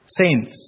saints